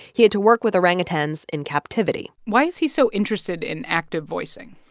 he had to work with orangutans in captivity why is he so interested in active voicing?